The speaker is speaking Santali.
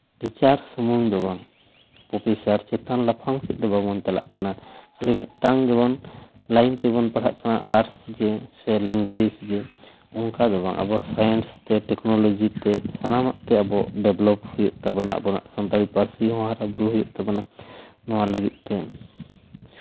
ᱴᱤᱪᱟᱨ ᱥᱩᱢᱩᱝ ᱫᱚ ᱵᱟᱝ ᱯᱨᱚᱯᱷᱮᱥᱟᱨ ᱪᱮᱛᱟᱱ ᱞᱟᱯᱷᱟᱝ ᱥᱮᱫ ᱫᱚ ᱵᱟᱵᱚᱱ ᱪᱟᱞᱟᱜ ᱠᱟᱱᱟ ᱠᱷᱟᱹᱞᱤ ᱢᱤᱫᱴᱟᱝ ᱜᱮᱵᱚᱱ ᱞᱟᱭᱤᱱ ᱛᱮᱵᱚᱱ ᱯᱟᱲᱦᱟᱜ ᱠᱟᱱᱟ ᱟᱨᱥ ᱜᱮ ᱥᱮ ᱞᱮᱝᱜᱩᱭᱮᱡᱽ ᱜᱮ ᱚᱱᱠᱟ ᱫᱚ ᱵᱟᱝ ᱟᱵᱚ ᱥᱟᱭᱮᱱᱥ ᱛᱮ ᱴᱮᱠᱱᱳᱞᱚᱡᱤ ᱛᱮ ᱥᱟᱱᱟᱢᱟᱜ ᱜᱮ ᱟᱵᱚ ᱰᱮᱵᱷᱞᱚᱵ ᱦᱩᱭᱩᱜ ᱛᱟᱵᱚᱱᱟ ᱟᱵᱚᱣᱟᱜ ᱥᱟᱱᱛᱟᱲᱤ ᱯᱟᱹᱨᱥᱤ ᱦᱚᱸ ᱦᱟᱨᱟᱼᱵᱩᱨᱩ ᱦᱩᱭᱩᱜ ᱛᱟᱵᱚᱱᱟ ᱱᱚᱣᱟ ᱞᱟᱹᱜᱤᱫ ᱛᱮ